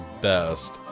best